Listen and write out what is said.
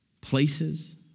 places